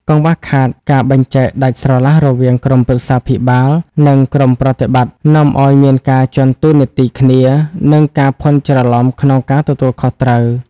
កង្វះខាតការបែងចែកដាច់ស្រឡះរវាង "ក្រុមប្រឹក្សាភិបាល" និង "ក្រុមប្រតិបត្តិ" នាំឱ្យមានការជាន់តួនាទីគ្នា និងការភាន់ច្រឡំក្នុងការទទួលខុសត្រូវ។